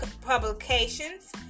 publications